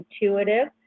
intuitive